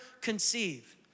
conceive